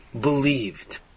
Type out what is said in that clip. believed